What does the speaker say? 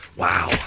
Wow